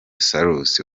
salusi